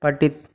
पठितानि